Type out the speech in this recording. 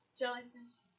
jellyfish